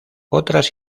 otras